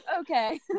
okay